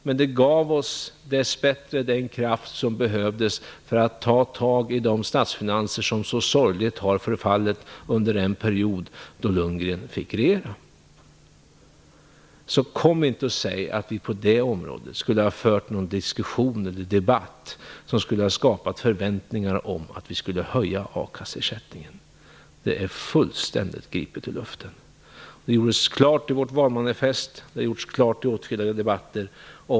Men det gav oss dessbättre den kraft som behövdes för att vi skulle kunna ta tag i de statsfinanser som så sorgligt har förfallit under den period då Bo Lundgren fick regera. Kom inte och säg att vi på det området skulle ha fört någon diskussion eller debatt som skulle ha skapat förväntningar om att vi skulle höja akasseersättningen. Det är helt gripet ur luften. Det gjordes klart i vårt valmanifest och i åtskilliga debatter.